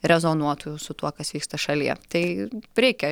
rezonuotų su tuo kas vyksta šalyje tai reikia